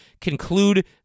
conclude